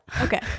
Okay